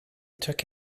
took